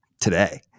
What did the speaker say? today